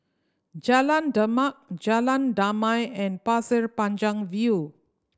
Jalan Demak Jalan Damai and Pasir Panjang View